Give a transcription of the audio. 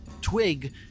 twig